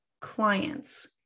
clients